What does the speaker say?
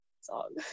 song